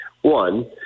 One